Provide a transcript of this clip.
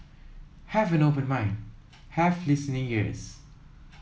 have an open mind have listening ears